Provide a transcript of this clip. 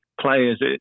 players